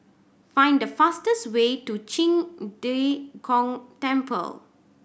find the fastest way to Qing De Gong Temple